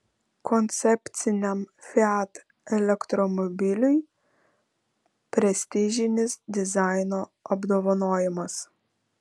koncepciniam fiat elektromobiliui prestižinis dizaino apdovanojimas